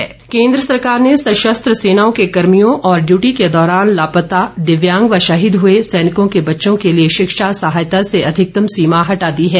सशस्त्र सेना केन्द्र सरकार ने सशस्त्र सेनाओं के कर्मियों और ड्यूटी के दौरान लापता दिव्यांग व शहीद हए सैनिकों के बच्चों के लिए शिक्षा सहायता से अधिकतम सीमा हटा दी है